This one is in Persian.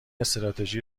استراتژی